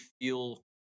feel